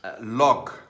log